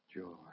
joy